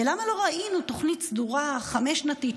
ולמה לא ראינו תוכנית סדורה חמש-שנתית,